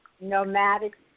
nomadic